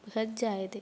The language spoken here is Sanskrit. बृहज्जायते